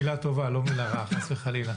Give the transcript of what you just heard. איזו מילה טובה, לא מילה רעה, חס וחלילה.